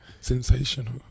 Sensational